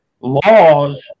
laws